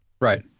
Right